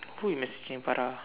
who you messaging Farah